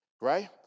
right